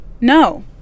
no